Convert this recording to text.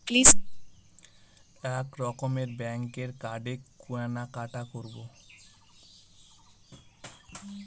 এক রকমের ব্যাঙ্কের কার্ডে কেনাকাটি করব